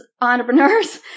entrepreneurs